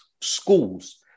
schools